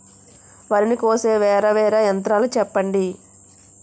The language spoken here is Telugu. వరి ని కోసే వేరా వేరా యంత్రాలు చెప్పండి?